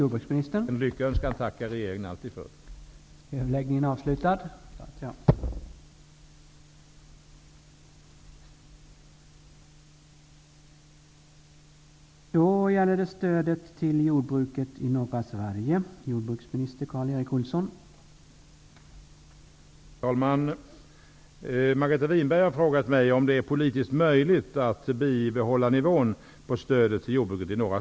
Förhandlingarna om ett svenskt EG-medlemskap påbörjades den 1 februari i år. Jordbruket är det politikområde som skall inleda förhandlingsrundan.